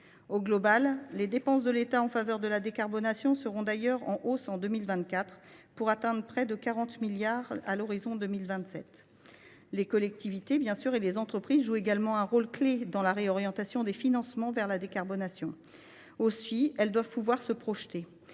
Au total, les dépenses de l’État en faveur de la décarbonation seront en hausse en 2024, pour atteindre près de 40 milliards d’euros à l’horizon 2027. Les collectivités et les entreprises jouent également un rôle clé dans la réorientation des financements vers la décarbonation. Aussi, elles doivent pouvoir se projeter.